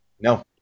No